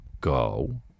go